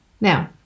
Now